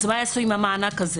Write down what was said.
אז מה יעשו עם המענק הזה?